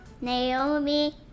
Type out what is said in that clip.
Naomi